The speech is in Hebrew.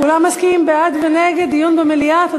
כולם מסכימים בעד ונגד דיון במליאה?